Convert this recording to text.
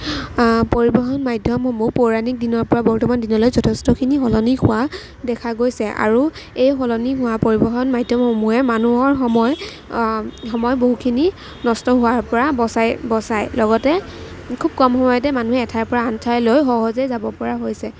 পৰিবহণ মাধ্যমসমূহ পৌৰাণিক দিনৰ পৰা বৰ্তমান দিনলৈ যথেষ্টখিনি সমনি হোৱা দেখা গৈছে আৰু এই সলনি হোৱা পৰিবহণৰ মাধ্যমসমূহে মানুহৰ সময় সময় বহুখিনি নষ্ট হোৱাৰ পৰা বচায় বচায় লগতে খুব কম সময়তে মানুহে এঠাৰ পৰা আন ঠাইলৈ সহজে যাব পৰা হৈছে